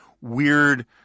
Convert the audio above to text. weird